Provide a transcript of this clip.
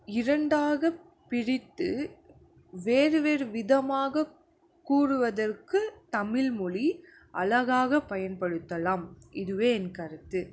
இரண்டாக பிரித்து வேறு வேறு விதமாக கூறுவதற்கு தமிழ் மொழி அழகாக பயன்படுத்தலாம் இதுவே என் கருத்து